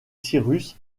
cyrus